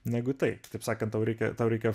negu tai taip sakant tau reikia tau reikia